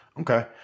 Okay